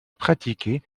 pratiquée